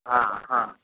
হাঁ হাঁ